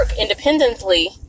independently